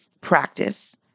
practice